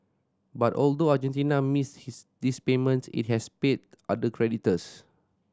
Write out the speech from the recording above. but although Argentina missed his this payment it has paid other creditors